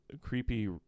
creepy